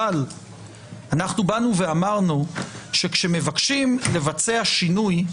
אבל אנחנו באנו ואמרנו שכשמבקשים לבצע שינוי,